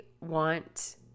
want